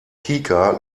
kika